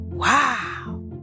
Wow